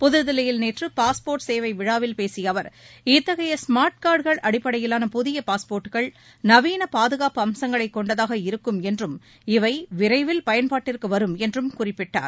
புதுதில்லியில் நேற்று பாஸ்போர்ட் சேவை விழாவில் பேசிய அவர் இத்தகைய ஸ்மார்ட் கார்டுகள் அடிப்படையிலான புதிய பாஸ்போர்ட்டுகள் நவீன பாதுகாப்பு அம்சங்களைக் கொண்டதாக இருக்கும் என்றும் இவை விரைவில் பயன்பாட்டிற்கு வரும் என்றும் குறிப்பிட்டார்